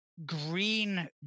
green